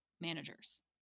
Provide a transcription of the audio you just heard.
managers